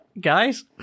guys